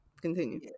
continue